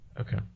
Okay